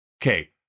okay